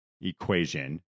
equation